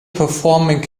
performing